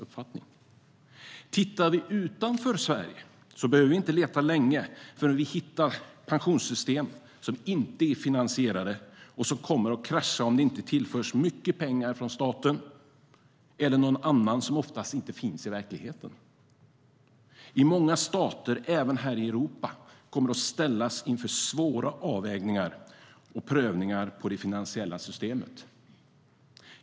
Tittar vi utanför Sverige behöver vi inte leta länge förrän vi hittar pensionssystem som inte är finansierade och som kommer att krascha om det inte tillförs mycket pengar från staten eller någon annan som ofta inte finns i verkligheten. I många stater även här i Europa kommer man att ställas inför svåra avvägningar och prövningar i fråga om det finansiella systemet.